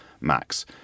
max